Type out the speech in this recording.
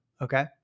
Okay